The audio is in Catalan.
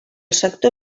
sector